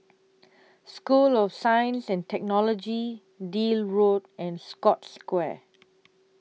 School of Science and Technology Deal Road and Scotts Square